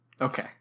okay